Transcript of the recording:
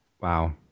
wow